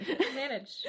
Manage